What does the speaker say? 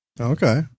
Okay